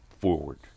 forward